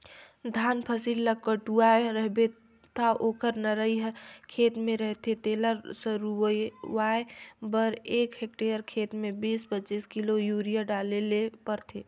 धान फसिल ल कटुवाए रहबे ता ओकर नरई हर खेते में रहथे तेला सरूवाए बर एक हेक्टेयर खेत में बीस पचीस किलो यूरिया डालेक परथे